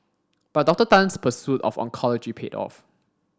but Doctor Tan's pursuit of oncology paid off